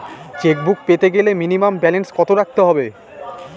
Chequebook পেতে গেলে minimum balance কত রাখতে হবে?